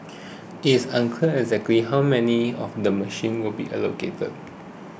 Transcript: it's unclear exactly how many of the machines will be allocated